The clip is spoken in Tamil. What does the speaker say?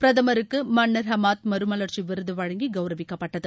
பிரதமருக்கு மன்னர் ஹமாத் மறுமவர்ச்சி விருது வழங்கி கவுரவிக்கப்பட்டது